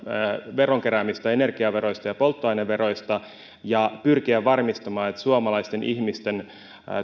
veron keräämistä energiaveroista ja polttoaineveroista ja pyrkiä varmistamaan että suomalaisten ihmisten